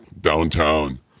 downtown